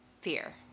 fear